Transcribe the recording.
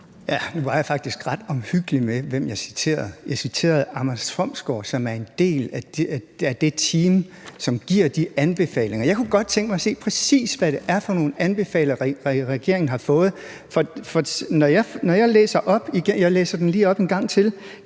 Nu var jeg faktisk ret omhyggelig med, hvem jeg citerede. Jeg citerede Anders Fomsgaard, som er en del af det team, som giver de anbefalinger. Jeg kunne godt tænke mig at se, præcis hvad det er for nogle anbefalinger, regeringen har fået. Jeg læser det lige op en gang til.